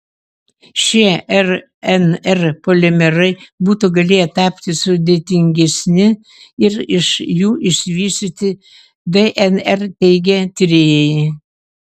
šie rnr polimerai būtų galėję tapti sudėtingesni ir iš jų išsivystyti dnr teigia tyrėjai